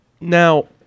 now